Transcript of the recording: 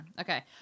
Okay